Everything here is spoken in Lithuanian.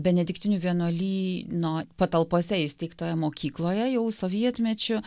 benediktinių vienuolyno patalpose įsteigtoje mokykloje jau sovietmečiu